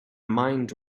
mind